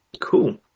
Cool